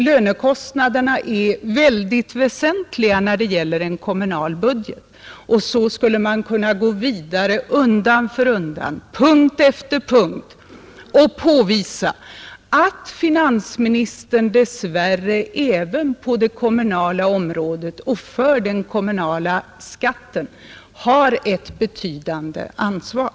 Lönekostnaderna är väsentliga när det gäller en kommunal budget. Så skulle man kunna gå vidare undan för undan och på punkt efter punkt påvisa att finansministern dess värre även på det kommunala området och för den kommunala skatten har ett betydande ansvar.